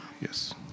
Yes